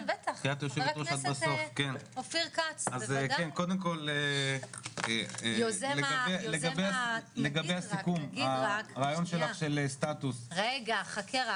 אז קודם כל לגבי הסיכום הרעיון שלך של סטטוס --- רגע חכה ,